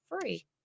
free